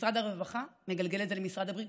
משרד הרווחה מגלגל את זה למשרד הבריאות,